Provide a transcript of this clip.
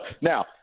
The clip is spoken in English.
now